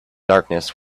darkness